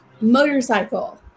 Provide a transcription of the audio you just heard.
Motorcycle